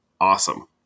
awesome